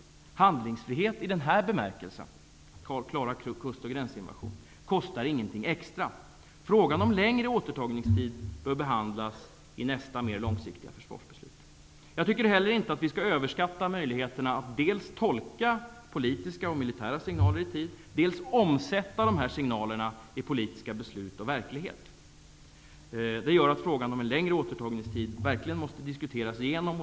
Handlingsfrihet i denna bemärkelse när det gäller att klara en kust och gränsinvasion kostar ingenting extra. Frågan om längre återtagningstid bör behandlas i nästa mer långsiktiga försvarsbeslut. Jag tycker inte heller att vi skall överskatta möjligheterna att dels tolka politiska och militära signaler i tid, dels omsätta dessa signaler i politiska beslut och verklighet. Det gör att frågan om en längre återtagningstid verkligen måste diskuteras igenom.